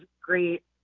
great